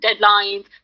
deadlines